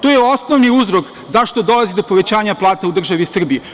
To je osnovni uzrok zašto dolazi do povećanja plata u državi Srbiji.